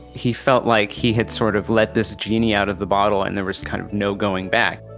he felt like he had sort of let this genie out of the bottle and there was kind of no going back